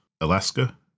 alaska